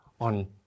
on